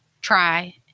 try